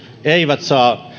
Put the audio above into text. eivät saa